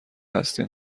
هستین